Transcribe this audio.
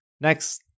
next